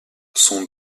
son